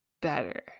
better